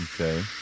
Okay